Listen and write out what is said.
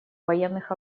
военных